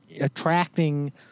attracting